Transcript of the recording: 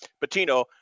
Patino